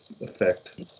effect